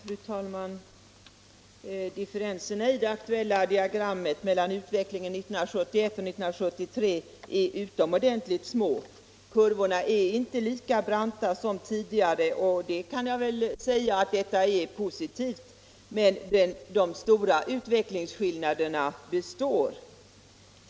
Fru talman! Differenserna i det aktuella diagrammet mellan utvecklingen 1971 och 1973 för respektive ortsgrupp är utomordentligt små trots den regionalpolitiska satsningen. Kurvorna är inte lika branta som tidigare. Det är positivt, men de stora utvecklingsskillnaderna mellan de olika ortsgrupperna består.